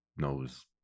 knows